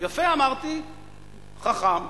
יפה, אמרתי, חכם.